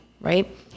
right